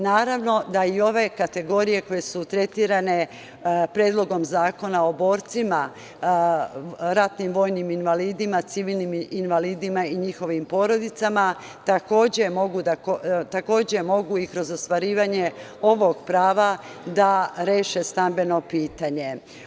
Naravno da i ove kategorije koje su tretirane Predlogom zakona o borcima, ratnim vojnim invalidima, civilnim invalidima i njihovim porodicama takođe mogu i kroz ostvarivanje ovog prava da reše stambeno pitanje.